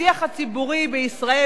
השיח הציבורי בישראל,